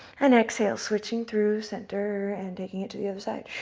and exhale, switching through center and taking it to the other side.